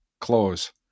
clause